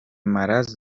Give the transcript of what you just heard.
مرض